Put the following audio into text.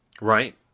Right